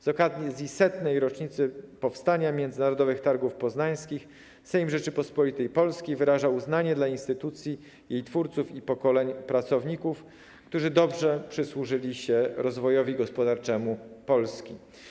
Z okazji 100. rocznicy powstania Międzynarodowych Targów Poznańskich Sejm Rzeczypospolitej Polskiej wyraża uznanie dla instytucji, jej twórców i pokoleń pracowników, którzy dobrze przysłużyli się rozwojowi gospodarczemu Polski”